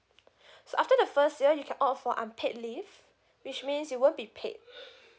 so after the first day you can opt for unpaid leave which means you won't be paid